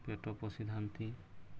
ପେଟ ପୋଷିଥଆନ୍ତି